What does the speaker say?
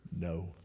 no